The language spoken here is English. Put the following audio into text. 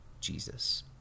Jesus